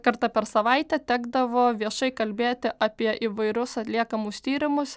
kartą per savaitę tekdavo viešai kalbėti apie įvairius atliekamus tyrimus